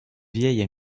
vieille